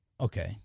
Okay